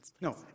No